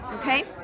okay